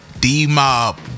D-Mob